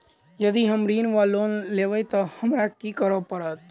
यदि हम ऋण वा लोन लेबै तऽ हमरा की करऽ पड़त?